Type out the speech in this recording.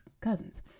cousins